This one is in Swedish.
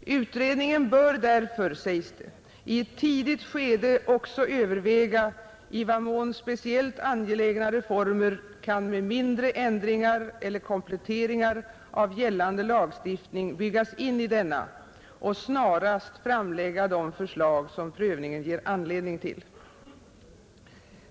Utredningen bör därför, sägs det, i ett tidigt skede också överväga i vad mån speciellt angelägna reformer kan med mindre ändringar eller kompletteringar av gällande lagstiftning byggas in i denna och snarast framlägga de förslag som prövningen ger anledning till.